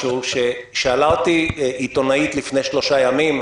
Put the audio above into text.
שאלה אותי עיתונאית לפני שלושה ימים,